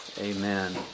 Amen